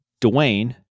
Dwayne